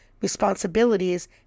responsibilities